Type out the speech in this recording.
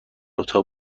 اتاق